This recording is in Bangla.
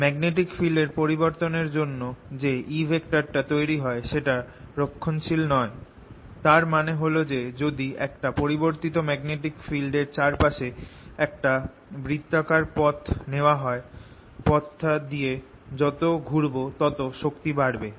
ম্যাগনেটিক ফিল্ড এর পরিবর্তন এর জন্য যে E টা তৈরি হয় সেটা রক্ষণশীল নয় তার মানে হল যে যদি একটা পরিবর্তিত ম্যাগনেটিক ফিল্ড এর চারপাশে একটা বৃত্তাকার পথ নেওয়া হয় পথটা দিয়ে যত ঘুরব তত শক্তি বাড়বে